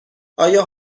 آیا